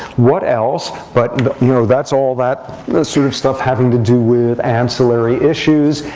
what else? but you know that's all that sort of stuff having to do with ancillary issues.